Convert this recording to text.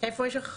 איפה יש לך חנות?